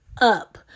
up